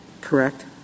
correct